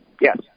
Yes